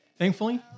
Thankfully